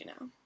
now